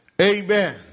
Amen